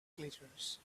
glitters